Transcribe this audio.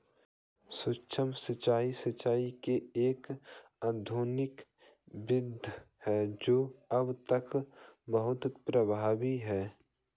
सूक्ष्म सिंचाई, सिंचाई की एक आधुनिक विधि है जो अब तक बहुत प्रभावी है